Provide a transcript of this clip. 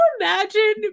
imagine